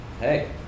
hey